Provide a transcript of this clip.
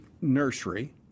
nursery